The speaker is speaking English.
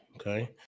Okay